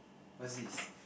what's this